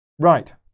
Right